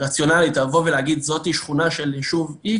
רציונלית לבוא ולהגיד: זאת שכונה של יישוב X